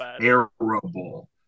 terrible